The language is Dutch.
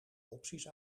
opties